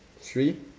swee